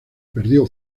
perdió